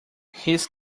his